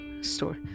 store